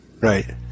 Right